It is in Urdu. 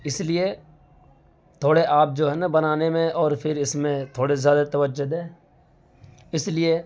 اس لیے تھوڑے آپ جو ہے نا بنانے میں اور پھر اس میں تھوڑے زیادہ توجہ دیں اس لیے